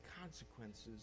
consequences